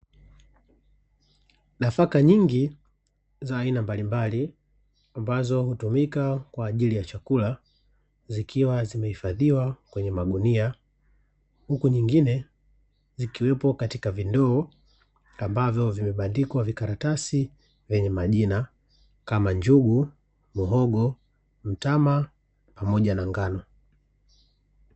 Nafaka nyingi za aina mbalimbali ambazo hutumia kwa ajili ya chakula, zikiwa zimehifadhiwa kwenye magunia, huku nyingine zikiwepo katika vindoo ambavyo vimebandikwa vikaratasi vyenye majina kama:njugu, mhogo, mtama pamoja na ngano.